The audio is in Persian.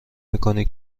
میکنی